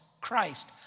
Christ